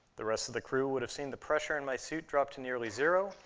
the rest of the crew would have seen the pressure in my suit drop to nearly zero,